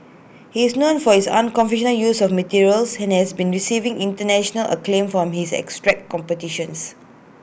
he is known for his unconventional use of materials and has been receiving International acclaim for his abstract compositions